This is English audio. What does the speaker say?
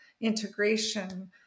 integration